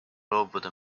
loobuda